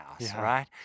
right